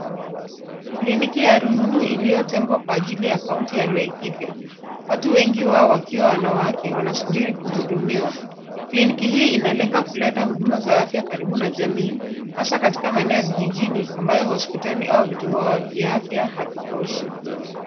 Kliniki ya rununu iliyotengwa kwa ajili ya kaunti ya Laikipia. Watu wengi wao wakiwa wanawake wanasubiri kuhudumiwa. Kliniki hii inalenga kuleta huduma za afya karibu na jamii, hasa katika maeneo ya vijijini ambayo hospitali au vituo vya afya havitoshi.